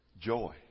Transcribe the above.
Joy